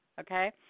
okay